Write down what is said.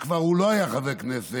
כשהוא כבר לא היה חבר כנסת,